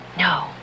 No